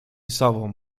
sobą